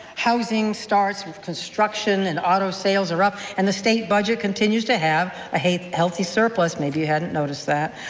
housing starts, construction and auto sales are up and the state budget continues to have a healthy healthy surplus. maybe you hadn't noticed that?